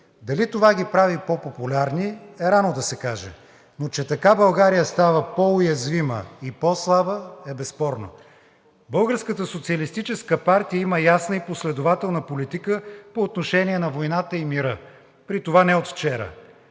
Дали това ги прави по-популярни, е рано да се каже, но че така България става по-уязвима и по-слаба е безспорно. Българската социалистическа партия има ясна и последователна политика по отношение на войната и мира, при това не от вчера.